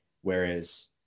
whereas